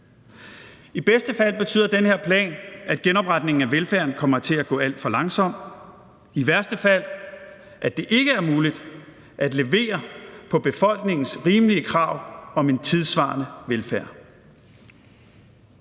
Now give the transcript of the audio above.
I bedste fald betyder den her plan, at genopretningen af velfærden kommer til at gå alt for langsomt, i værste fald, at det ikke er muligt at levere på befolkningens rimelige krav om en tidssvarende velfærd.